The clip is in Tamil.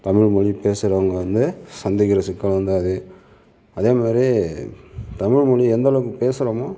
தமிழ் மொழி பேசுகிறவங்க வந்து சந்திக்கிற சிக்கல் வந்து அது அதே மாதிரி தமிழ் மொழி எந்தளவுக்கு பேசுகிறமோ